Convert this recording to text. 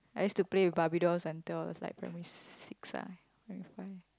I used to play with Barbie dolls until I was like primary six ah primary five